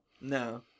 No